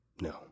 no